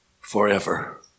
forever